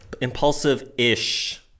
impulsive-ish